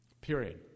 Period